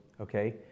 Okay